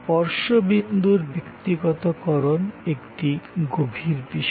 স্পর্শ বিন্দুর ব্যক্তিগতকরণ একটি গভীর বিষয়